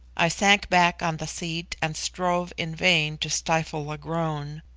i sank back on the seat and strove in vain to stifle a groan.